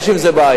יש עם זה בעיה.